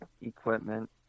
equipment